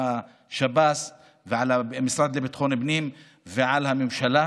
על השב"ס ועל המשרד לביטחון הפנים ועל הממשלה,